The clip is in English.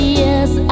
yes